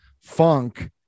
funk